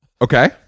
Okay